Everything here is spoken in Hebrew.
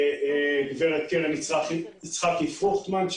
וגברת קרן יצחקי פרוכטמן,